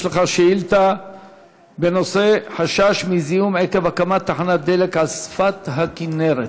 יש לך שאילתה בנושא: חשש מזיהום עקב הקמת תחנת דלק על שפת הכינרת.